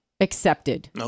accepted